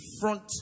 front